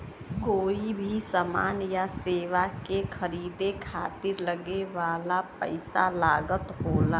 कोई भी समान या सेवा के खरीदे खातिर लगे वाला पइसा लागत होला